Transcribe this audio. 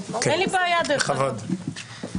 כנסת.